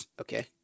Okay